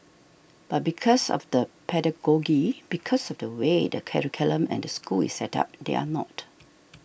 but because of the pedagogy because of the way the curriculum and the school is set up they are not